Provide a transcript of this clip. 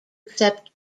accept